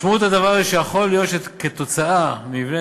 משמעות הדבר היא שיכול להיות שכתוצאה ממבנה